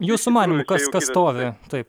jūsų manymu kas kas stovi taip